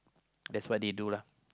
that's what they do lah